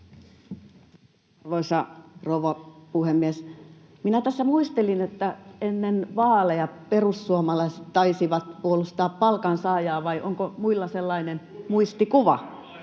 Arvoisa rouva puhemies! Minä tässä muistelin, että ennen vaaleja perussuomalaiset taisivat puolustaa palkansaajaa, vai onko muilla sellainen muistikuva?